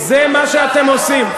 זה מה שאתם עושים.